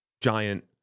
giant